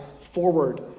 forward